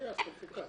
אתה מפוקס.